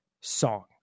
song